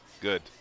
good